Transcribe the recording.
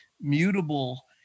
mutable